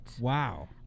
Wow